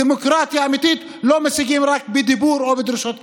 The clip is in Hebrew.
דמוקרטיה אמיתית לא משיגים רק בדיבור או בדרישות כלכליות.